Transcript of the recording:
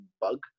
bug